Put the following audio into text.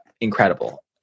incredible